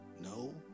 No